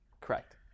Correct